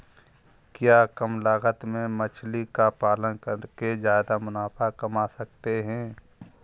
क्या कम लागत में मछली का पालन करके ज्यादा मुनाफा कमा सकते हैं?